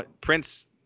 Prince